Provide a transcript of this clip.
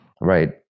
right